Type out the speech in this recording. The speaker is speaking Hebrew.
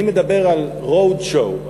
אני מדבר על road show,